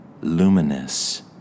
luminous